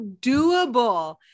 doable